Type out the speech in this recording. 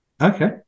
Okay